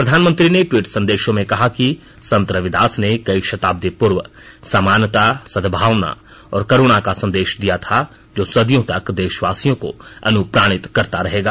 प्रधानमंत्री ने टवीट संदेशों में कहा कि संत रविदास ने कई शताब्दी पूर्व समानता सदभावना और करुणा का संदेश दिया था जो सदियों तक देशवासियों को अनुप्राणित करता रहेगा